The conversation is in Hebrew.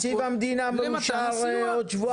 תקציב המדינה מאושר עוד שבועיים.